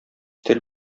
тел